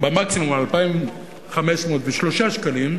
במקסימום על 2,503 שקלים,